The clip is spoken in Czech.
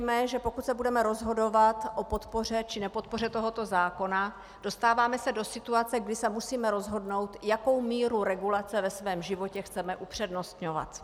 Je zřejmé, že pokud se budeme rozhodovat o podpoře či nepodpoře tohoto zákona, dostáváme se do situace, kdy se musíme rozhodnout, jakou míru regulace ve svém životě chceme upřednostňovat.